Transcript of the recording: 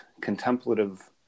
contemplative